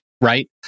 right